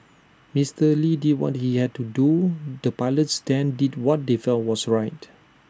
Mister lee did what he had to do the pilots then did what they felt was right